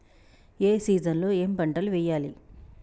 ఏ season లో ఏం పంటలు వెయ్యాలి?